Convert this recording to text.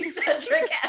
centric